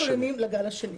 ואיך מתכוננים לגל השני.